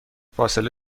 فاصله